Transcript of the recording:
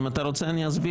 אם אתה רוצה אני אסביר,